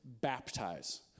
baptize